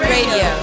Radio